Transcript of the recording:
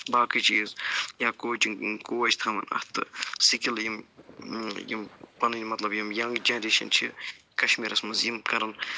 باقٕے چیٖز یا کوچِنٛگ کوچ تھاوَن اَتھ تہٕ سِکِل یِم یِم پَنٕنۍ مطلب یِم یَنٛگ جَنریشَن چھِ کَشمیٖرَس منٛز یِم کَرَن